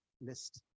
list